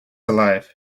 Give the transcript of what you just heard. alive